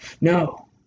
No